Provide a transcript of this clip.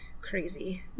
crazy